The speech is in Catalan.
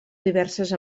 diverses